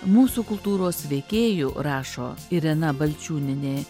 mūsų kultūros veikėjų rašo irena balčiūnienė